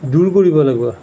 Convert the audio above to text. দূৰ কৰিব লাগিব